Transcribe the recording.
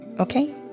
Okay